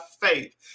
faith